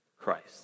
Christ